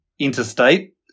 Interstate